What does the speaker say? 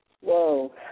Whoa